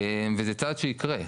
וזה צעד שיקרה.